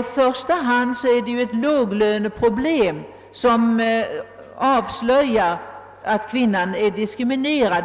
I första hand är det ju ett låglöneproblem, som avslöjar, att kvinnan är diskriminerad.